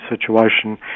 situation